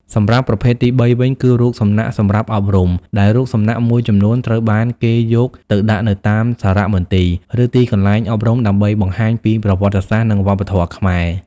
សម្រាប់ប្រភេទទីបីវិញ គឺរូបសំណាកសម្រាប់អប់រំ ដែលរូបសំណាកមួយចំនួនត្រូវបានគេយកទៅដាក់នៅតាមសារមន្ទីរ ឬទីកន្លែងអប់រំដើម្បីបង្ហាញពីប្រវត្តិសាស្ត្រ និងវប្បធម៌ខ្មែរ។